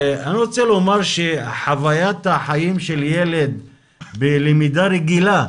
אני רוצה לומר שחוויית החיים של ילד בלמידה רגילה,